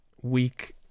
weak